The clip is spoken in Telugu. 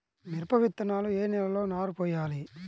మిరప విత్తనాలు ఏ నెలలో నారు పోయాలి?